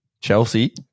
Chelsea